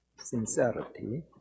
sincerity